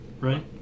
right